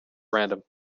random